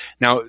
Now